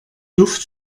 duft